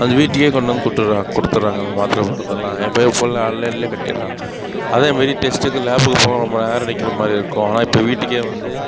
வந்து வீட்டுக்கு கொண்டு வந்து கொடுத்து கொடுத்தடுறாங்க அந்த மாத்திர மருந்தெல்லாம் என் பையன் ஃபுல்லாக ஆன்லைன்லேயே கட்டிடுறான் அதே மாரி டெஸ்ட்டுக்கு லேப்புக்கு போனால் ரொம்ப நேரம் நிற்கிற மாதிரி இருக்கும் ஆனால் இப்போ வீட்டுக்கு வந்து